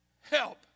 help